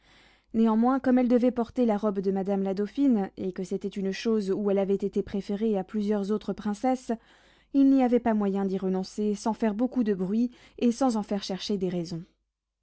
néanmoins comme elle devait porter la robe de madame la dauphine et que c'était une chose où elle avait été préférée à plusieurs autres princesses il n'y avait pas moyen d'y renoncer sans faire beaucoup de bruit et sans en faire chercher des raisons